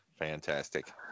fantastic